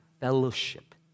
fellowship